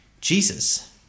Jesus